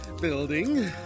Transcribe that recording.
Building